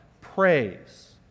praise